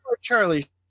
Charlie